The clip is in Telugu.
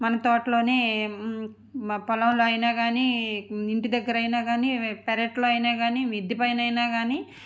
మన తోటలోనే మా పొలంలో అయినా కాని ఇంటి దగ్గరయినా కాని పెరట్లో అయినా కాని మిద్డెపైన అయినా కాని